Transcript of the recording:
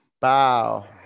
bow